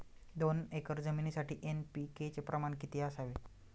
दोन एकर जमीनीसाठी एन.पी.के चे प्रमाण किती असावे?